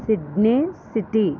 Sydney city